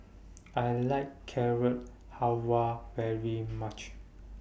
I like Carrot Halwa very much